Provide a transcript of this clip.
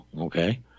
Okay